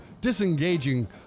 disengaging